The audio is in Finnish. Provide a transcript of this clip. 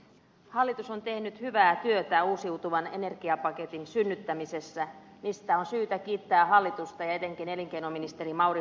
hallitus on tehnyt hyvää työtä uusiutuvan energiapaketin synnyttämisessä mistä on syytä kiittää hallitusta ja etenkin elinkeinoministeri mauri pekkarista